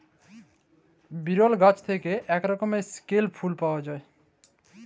বিরল গাহাচ থ্যাইকে ইক রকমের ইস্কেয়াল ফুল পাউয়া যায়